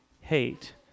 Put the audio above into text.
hate